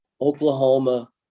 Oklahoma